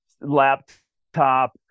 laptop